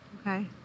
Okay